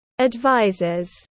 Advisors